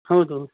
ಹೌದು